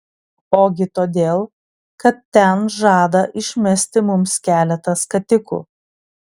ogi todėl kad ten žada išmesti mums keletą skatikų